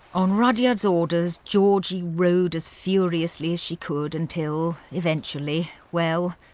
on rudyard's orders, georgie rowed as furiously as she could, until eventually, well,